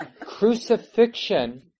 Crucifixion